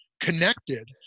connected